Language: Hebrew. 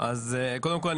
קודם כל,